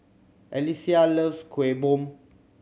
Alesia loves Kueh Bom